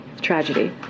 Tragedy